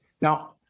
Now